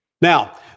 Now